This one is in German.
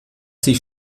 sich